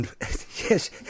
Yes